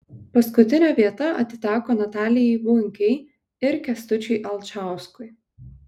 paskutinė vieta atiteko natalijai bunkei ir kęstučiui alčauskui